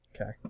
okay